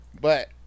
but-